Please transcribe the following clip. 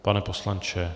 Pane poslanče...